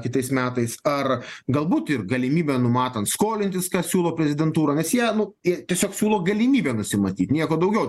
kitais metais ar galbūt ir galimybė numatant skolintis ką siūlo prezidentūra nes jie nu tiesiog siūlo galimybę nusimatyt nieko daugiau